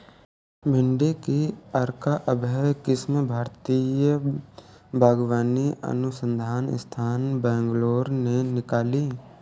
भिंडी की अर्का अभय किस्म भारतीय बागवानी अनुसंधान संस्थान, बैंगलोर ने निकाली